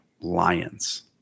Lions